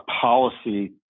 policy